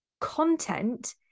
Content